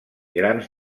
grans